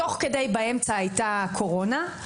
תוך כדי, באמצע, הייתה הקורונה,